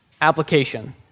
application